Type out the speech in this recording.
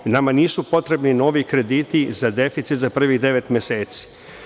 Nama nisu potrebni novi krediti za deficit za prvih devet meseci.